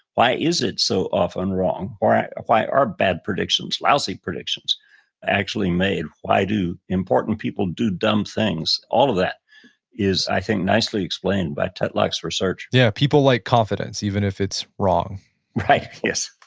why is it so often wrong or why are bad predictions, lousy predictions actually made? why do important people do dumb things? all of that is i think, nicely explained by tetlock's research yeah people like confidence even if it's wrong right. yes,